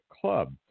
club